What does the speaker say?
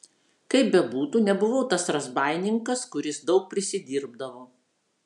kaip bebūtų nebuvau tas razbaininkas kuris daug prisidirbdavo